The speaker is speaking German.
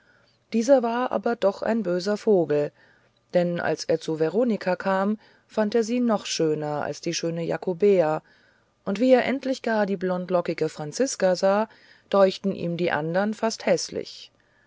dieser aber war doch ein böser vogel denn als er zu veronika kam fand er sie noch schöner als die schöne jakobea und wie er endlich gar die blondlockige franziska sah deuchten ihm die andern fast häßlich